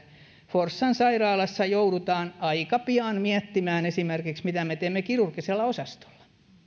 forssan sairaalassa joudutaan aika pian miettimään esimerkiksi mitä me teemme kirurgisella osastolla